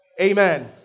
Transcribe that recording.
Amen